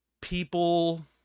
people